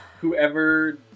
whoever